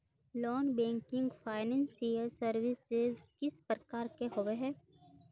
Non banking financial services किस प्रकार के होबे है?